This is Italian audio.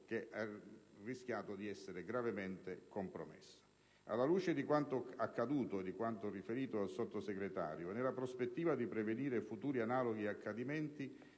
che ha rischiato di essere gravemente compromesso. Alla luce di quanto accaduto e di quanto riferito dal Sottosegretario e nella prospettiva di prevenire futuri analoghi accadimenti